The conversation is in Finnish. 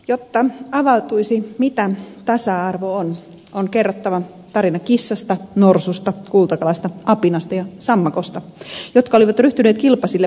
jotta avautuisi mitä tasa arvo on on kerrottava tarina kissasta norsusta kultakalasta apinasta ja sammakosta jotka olivat ryhtyneet kilpasille paremmuudesta